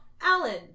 Alan